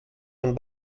von